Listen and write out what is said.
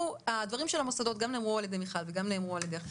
הדברים של המוסדות גם נאמרו על ידי מיכל וגם על ידך.